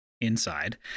inside